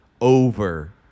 Over